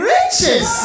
Riches